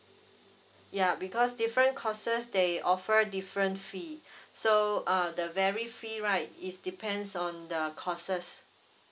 ya because different courses they offer different fee so uh the very free right is depends on the courses